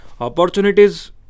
opportunities